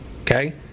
Okay